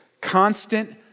Constant